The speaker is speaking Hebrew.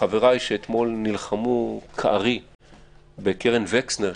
וחבריי שאתמול נלחמו כארי בקרן וקסנר,